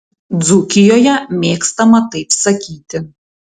dzūkijoje mėgstama taip sakyti